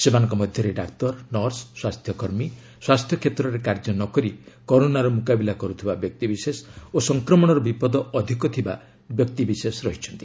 ସେମାନଙ୍କ ମଧ୍ୟରେ ଡାକ୍ତର ନର୍ସ ସ୍ୱାସ୍ଥ୍ୟକର୍ମୀ ସ୍ୱାସ୍ଥ୍ୟ କ୍ଷେତ୍ରରେ କାର୍ଯ୍ୟ ନକରି କରୋନାର ମୁକାବିଲା କରୁଥିବା ବ୍ୟକ୍ତିବିଶେଷ ଓ ସଂକ୍ରମଣର ବିପଦ ଅଧିକ ଥିବା ବ୍ୟକ୍ତିବିଶେଷ ରହିଛନ୍ତି